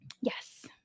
yes